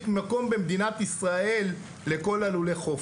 מקום במדינת ישראל לכל לולי החופשה.